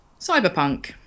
cyberpunk